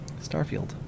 Starfield